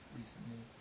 recently